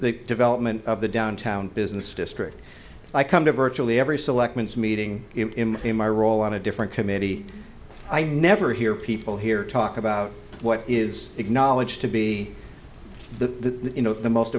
the development of the downtown business district i come to virtually every selectmen meeting in my role on a different committee i never hear people here talk about what is acknowledged to be the